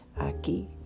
aquí